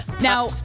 Now